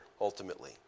ultimately